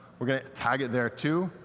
we're going to tag it there too,